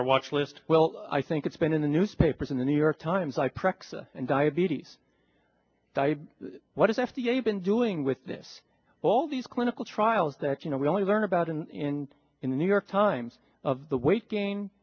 our watch list well i think it's been in the newspapers in the new york times like cracks in diabetes die what is f d a been doing with this all these clinical trials that you know we only learn about in in the new york times of the weight gain